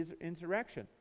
insurrection